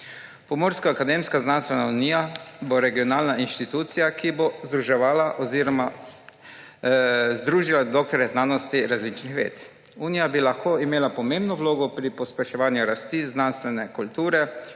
Pomurska akademsko-znanstvena unija bo regionalna institucija, ki bo združevala oziroma združila doktorje znanosti različnih ved. Unija bi lahko imela pomembno vlogo pri pospeševanju rasti znanstvene kulture